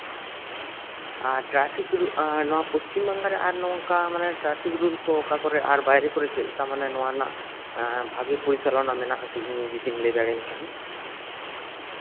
traffic rule ᱱᱚᱣᱟ ᱯᱚᱥᱪᱷᱤᱢᱵᱟᱝᱞᱟᱨᱮ ᱚᱠᱟ ᱢᱟᱱᱮ ᱴᱨᱟᱯᱷᱤᱠ ᱨᱩᱞ ᱠᱚ ᱚᱠᱟ ᱠᱚᱨᱮᱜ ᱟᱨ ᱵᱟᱭᱨᱮ ᱠᱚᱨᱮᱜ ᱪᱮᱫ ᱱᱚᱣᱟ ᱨᱮᱱᱟᱜ ᱵᱷᱟᱜᱤ ᱯᱚᱡᱤᱥᱚᱱ ᱢᱮᱱᱟᱜᱼᱟ ᱠᱟᱹᱴᱤᱡ ᱡᱚᱫᱤᱢ ᱞᱟᱹᱭ ᱫᱟᱲᱮ ᱭᱟᱹᱧ ᱠᱷᱟᱱ